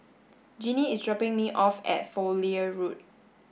Genie is dropping me off at Fowlie Road